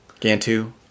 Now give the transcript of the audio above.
Gantu